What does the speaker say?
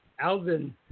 Alvin